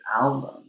album